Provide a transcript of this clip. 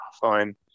fine